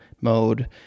mode